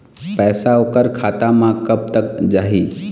पैसा ओकर खाता म कब तक जाही?